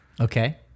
Okay